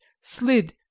slid